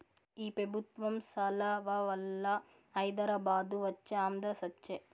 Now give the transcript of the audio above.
ఈ పెబుత్వం సలవవల్ల హైదరాబాదు వచ్చే ఆంధ్ర సచ్చె